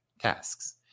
tasks